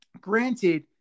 granted